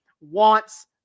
wants